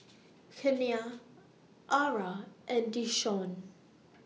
Kenia Arra and Deshawn